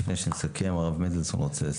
לפני שנסכם, הרב מנדלזון רוצה לסכם.